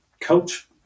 coach